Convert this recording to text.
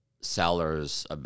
sellers